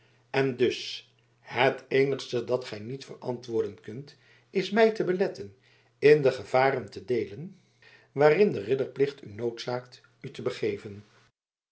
en dus het eenigste dat gij niet verantwoorden kunt is mij te beletten in de gevaren te deelen waarin de ridderplicht u noodzaakt u te begeven